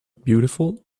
beautiful